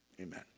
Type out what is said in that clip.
Amen